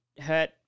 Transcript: hurt